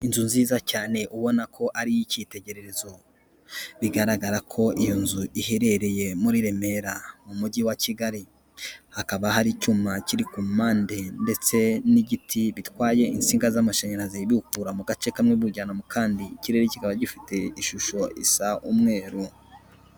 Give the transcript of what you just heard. Inzu nziza cyane ubona ko ari icyitegererezo, bigaragara ko iyo nzu iherereye muri Remera mu mujyi wa Kigali. Hakaba hari icyuma kiri ku mpande ndetse n'igiti bitwaye insinga z'amashanyarazi biwukura mu gace kamwe biwujyana mu kandi. Ikirere kikaba gifite ishusho isa umweru.